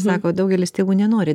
sako daugelis tėvų nenori